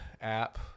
app